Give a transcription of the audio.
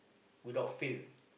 without fail